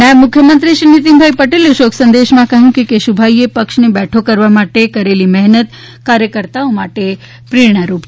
નાયબ મુખ્યમંત્રી નિતિનભાઈ પટેલે શોક સંદેશ માં કહ્યું છે કે કેશુભાઈ એ પક્ષ ને બેઠો કરવા માટે કરેલી મહેનત કાર્યકર્તા માટે પ્રેરણારૂપ છે